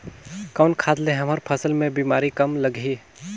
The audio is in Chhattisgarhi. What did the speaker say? कौन खाद ले हमर फसल मे बीमारी कम लगही?